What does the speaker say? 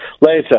Later